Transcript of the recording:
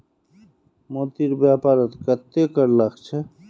मोतीर व्यापारत कत्ते कर लाग छ